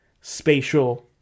spatial